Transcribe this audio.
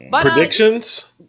Predictions